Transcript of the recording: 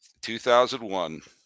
2001